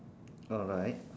alright